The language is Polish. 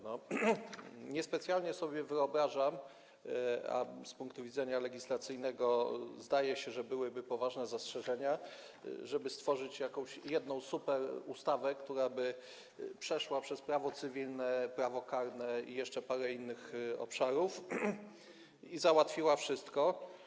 Niespecjalnie sobie wyobrażam - zdaje się, że z punktu widzenia legislacyjnego byłyby tu poważne zastrzeżenia - żeby stworzyć jakąś jedną superustawę, która by przeszła przez prawo cywilne, prawo karne i jeszcze parę innych obszarów i załatwiła wszystko.